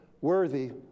worthy